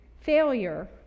Failure